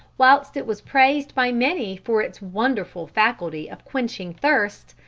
whilst it was praised by many for its wonderful faculty of quenching thirst,